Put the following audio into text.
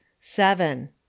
seven